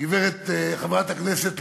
חברת הכנסת לביא,